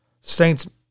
Saints